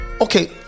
okay